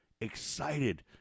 excited